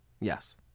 Yes